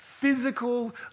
physical